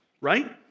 Right